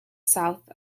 south